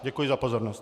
Děkuji za pozornost.